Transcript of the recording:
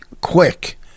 quick